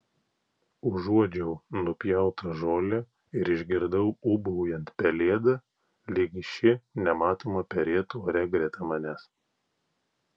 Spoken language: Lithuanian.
užuodžiau nupjautą žolę ir išgirdau ūbaujant pelėdą lyg ši nematoma perėtų ore greta manęs